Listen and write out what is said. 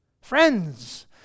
Friends